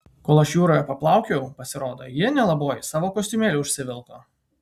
kol aš jūroje paplaukiojau pasirodo ji nelaboji savo kostiumėlį užsivilko